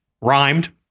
rhymed